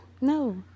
no